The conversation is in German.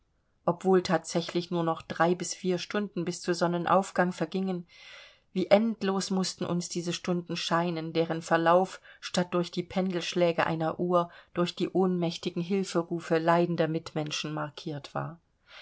obwohl thatsächlich nur noch drei bis vier stunden bis zu sonnenaufgang vergingen wie endlos mußten uns diese stunden scheinen deren verlauf statt durch die pendelschläge einer uhr durch die ohnmächtigen hilferufe leidender mitmenschen markiert war